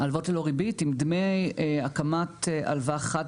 הלוואות ללא ריבית עם דמי הקמת הלוואה חד